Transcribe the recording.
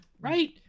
Right